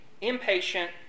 impatient